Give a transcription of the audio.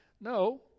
No